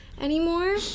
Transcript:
anymore